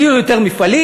יהיו יותר מפעלים?